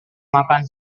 makan